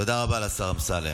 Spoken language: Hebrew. תודה רבה לשר אמסלם.